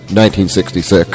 1966